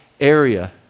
area